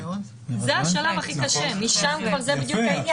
זה השלב הכי קשה, זה בדיוק העניין.